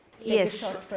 Yes